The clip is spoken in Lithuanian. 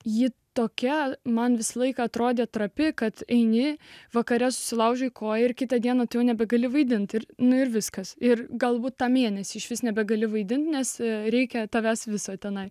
ji tokia man visą laiką atrodė trapi kad eini vakare susilaužei koją ir kitą dieną jau nebegali vaidinti ir nu ir viskas ir galbūt tą mėnesį išvis nebegali vaidinti nes reikia tavęs visa tenai